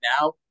now